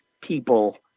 people